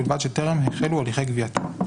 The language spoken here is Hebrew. ובלבד שטרם החלו הליכי גבייתו.